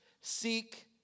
seek